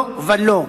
לא ולא.